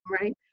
Right